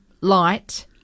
light